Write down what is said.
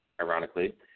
ironically